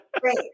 Great